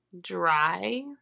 dry